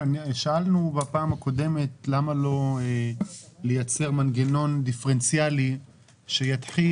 שאלנו בפעם הקודמת למה לא לייצר מנגנון דיפרנציאלי שיתחיל